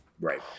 Right